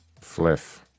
Fliff